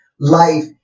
life